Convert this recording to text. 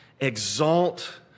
Exalt